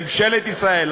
ממשלת ישראל,